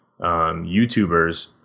YouTubers